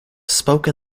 spoken